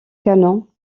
canon